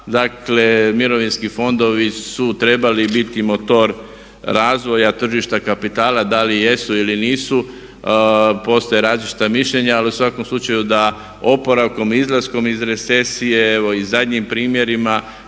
Dakle, mirovinski fondovi su trebali biti motor razvoja tržišta kapitala da li jesu ili nisu. Postoje različita mišljenja. Ali u svakom slučaju da oporavkom, izlaskom iz recesije, evo i zadnjim primjerima